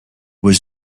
was